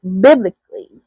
biblically